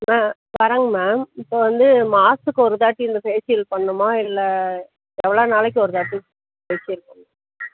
ஆ வரேங்க மேம் இப்போ வந்து மாதத்துக்கு ஒரு தாட்டி இந்த ஃபேஷியல் பண்ணுமா இல்லை எவ்வளோ நாளைக்கு ஒரு தாட்டி ஃபேஷியல் பண்ணும்